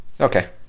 Okay